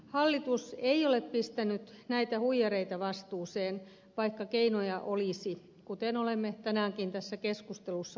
hallitus ei ole pannut näitä huijareita vastuuseen vaikka keinoja olisi kuten olemme tänäänkin tässä keskustelussa kuulleet